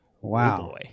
Wow